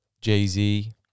Jay-Z